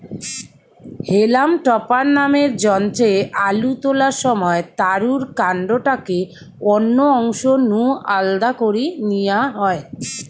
হেলাম topper নামের যন্ত্রে আলু তোলার সময় তারুর কান্ডটাকে অন্য অংশ নু আলদা করি নিয়া হয়